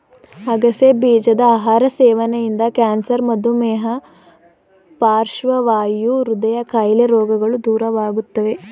ಅಗಸೆ ಬೀಜದ ಆಹಾರ ಸೇವನೆಯಿಂದ ಕ್ಯಾನ್ಸರ್, ಮಧುಮೇಹ, ಪಾರ್ಶ್ವವಾಯು, ಹೃದಯ ಕಾಯಿಲೆ ರೋಗಗಳು ದೂರವಾಗುತ್ತವೆ